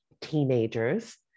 teenagers